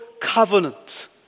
covenant